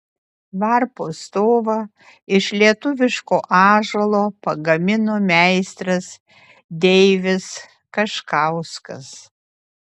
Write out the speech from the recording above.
varpo stovą iš lietuviško ąžuolo pagamino meistras deivis kaškauskas